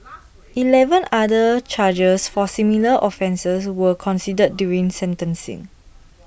Eleven other charges for similar offences were considered during sentencing